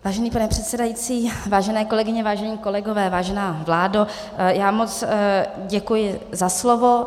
Vážený pane předsedající, vážené kolegyně, vážení kolegové, vážená vládo, moc děkuji za slovo.